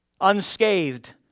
unscathed